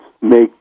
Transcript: make